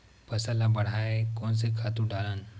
फसल ल बढ़ाय कोन से खातु डालन?